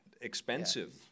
expensive